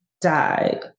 died